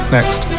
Next